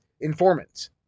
informants